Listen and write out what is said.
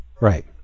Right